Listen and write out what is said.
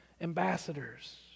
ambassadors